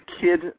kid